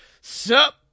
Sup